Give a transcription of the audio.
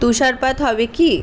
তুষারপাত হবে কি